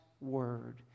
Word